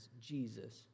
Jesus